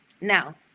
Now